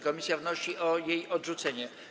Komisja wnosi o jej odrzucenie.